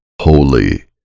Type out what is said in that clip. holy